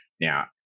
Now